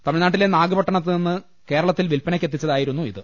തമി ഴ്നാട്ടിലെ നാഗപട്ടണത്തു നിന്ന് കേരളത്തിൽ വില്പനക്കെത്തി ച്ചതായിരുന്നു ഇത്